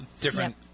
different